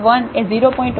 1 કરતા ઓછી છે અને y 1 0